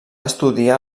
estudiar